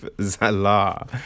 Zala